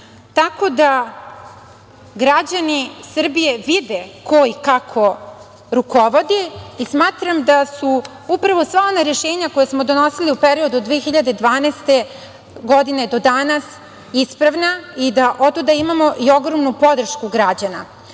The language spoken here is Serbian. danas. Građani Srbije vide ko i kako rukovodi i smatram da su upravo sva ona rešenja koja smo donosili u periodu od 2012. godine do danas ispravna i da otuda imamo i ogromnu podršku građana. Kada